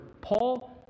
Paul